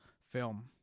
film